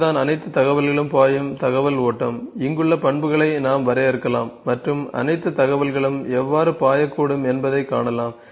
இதுதான் அனைத்து தகவல்களும் பாயும் தகவல் ஓட்டம் இங்குள்ள பண்புகளை நாம் வரையறுக்கலாம் மற்றும் அனைத்து தகவல்களும் எவ்வாறு பாயக்கூடும் என்பதைக் காணலாம்